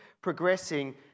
progressing